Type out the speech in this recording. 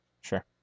Sure